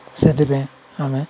ସେଥିପାଇଁ ଆମେ